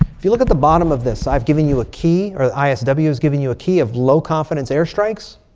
if you look at the bottom of this, i've given you a key. or isw is giving you a key of low-confidence airstrikes.